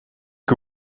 que